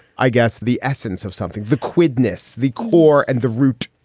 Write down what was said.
i guess, the essence of something. the quickness, the core and the root,